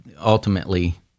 ultimately